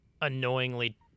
Annoyingly